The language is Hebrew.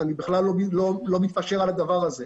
אני בכלל לא מתפשר על הדבר הזה.